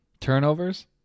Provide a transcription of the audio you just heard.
Turnovers